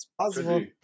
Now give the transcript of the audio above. possible